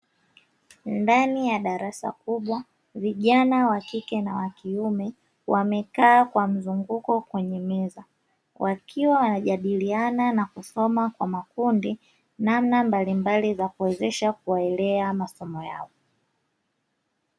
Ndani ya darasa kubwa, vijana wa kike na wa kiume wamekaa kwa mzunguko kwenye meza, wakiwa wanajadiliana na kusoma kwa makundi namna mbalimbali za kuwezesha kuelewa masomo yao.